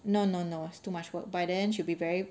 no no no it's too much work by then should be very